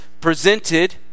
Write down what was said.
presented